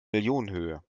millionenhöhe